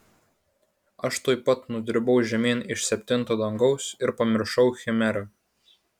aš tuoj pat nudribau žemyn iš septinto dangaus ir pamiršau chimerą